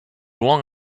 long